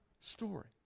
story